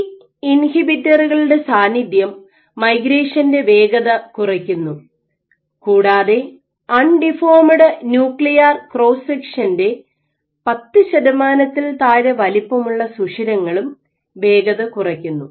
ഈ ഇൻഹിബിറ്ററുകളുടെ സാന്നിദ്ധ്യം മൈഗ്രേഷന്റെ വേഗത കുറയ്ക്കുന്നു കൂടാതെ അൺഡീഫോമിഡ് ന്യൂക്ലിയർ ക്രോസ് സെക്ഷന്റെ 10 ശതമാനത്തിൽ താഴെ വലിപ്പമുള്ള സുഷിരങ്ങളും വേഗത കുറയ്ക്കുന്നു